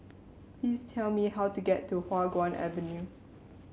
please tell me how to get to Hua Guan Avenue